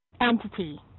entity